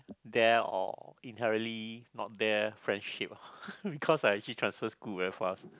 there or inherently not there friendship because I actually transfer school very fast